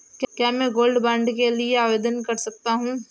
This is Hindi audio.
क्या मैं गोल्ड बॉन्ड के लिए आवेदन कर सकता हूं?